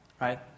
right